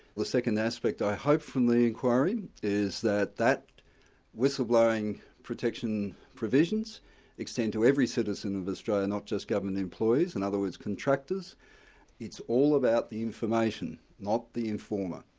the second aspect i hope from the inquiry is that that whistleblowing protection provisions extend to every citizen of australia, not just government employees in and other words, contractors. it's all about the information, not the informer,